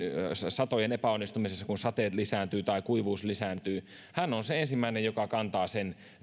satojen epäonnistumisessa kun sateet lisääntyvät tai kuivuus lisääntyy on se ensimmäinen joka kantaa sen